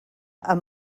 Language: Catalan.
amb